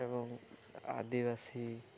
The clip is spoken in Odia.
ଏବଂ ଆଦିବାସୀ